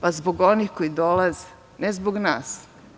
Pa zbog onih koji dolaze, ne zbog nas.